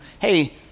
hey